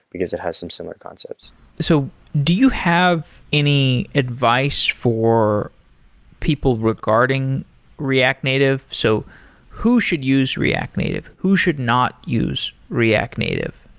because it has some similar concepts so do you have any advice for people regarding react native? so who should use react native? who should not use react native?